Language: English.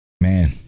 Man